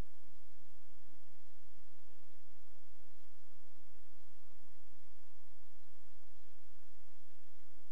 ההסתדרות הרפואית מצדה התבצרה והתחפרה